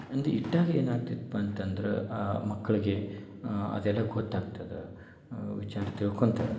ಅಂದು ಇಟ್ಟಾಗೆ ಏನಾಗ್ತೈತಪ್ಪ ಅಂತಂದ್ರೆ ಆ ಮಕ್ಕಳಿಗೆ ಅದೆಲ್ಲ ಗೊತ್ತಾಗ್ತದೆ ವಿಚಾರ ತಿಳ್ಕೊತಾರೆ